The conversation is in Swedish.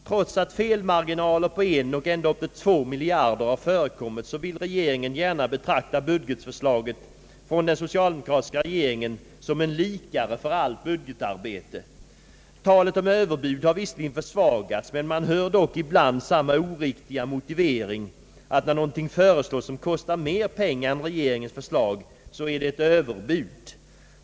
Trots att felmarginaler på en och ända upp till två miljarder har förekommit vill regeringen gärna betrakta budgetförslaget från den socialdemokratiska regeringen som en likare för allt budgetarbete. Talet om Ööverbud har visserligen försvagats, men man hör dock ibland samma oriktiga motivering, att när någonting föreslås som kostar mera pengar än regeringens förslag är det »ett överbud«.